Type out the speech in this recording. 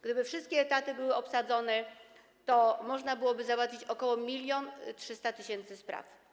Gdyby wszystkie etaty były obsadzone, to można byłoby załatwić ok. 1300 tys. spraw.